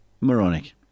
moronic